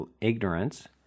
ignorance